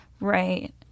Right